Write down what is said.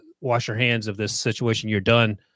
wash-your-hands-of-this-situation-you're-done